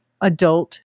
adult